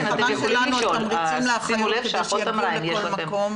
מכיוון שלנו יש תמריצים -- -כדי שיגיעו לכל מקום.